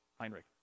Heinrich